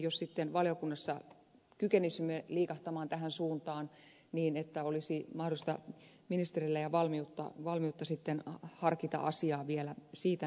jos sitten valiokunnassa kykenisimme liikahtamaan tähän suuntaan niin että ministerillä olisi mahdollisuutta ja valmiutta harkita asiaa vielä siitä näkökulmasta